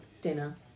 dinner